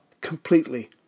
completely